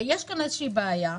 יש כאן איזושהי בעיה.